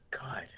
God